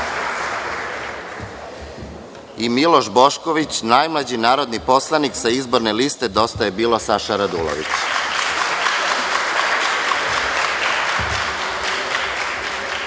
i Miloš Bošković, najmlađi narodni poslanik sa izborne liste Dosta je bilo – Saša Radulović.